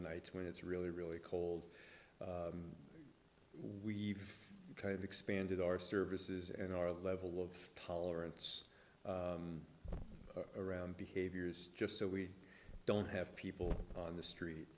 nights when it's really really cold we've kind of expanded our services and our level of tolerance around behaviors just so we don't have people on the street